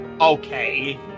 okay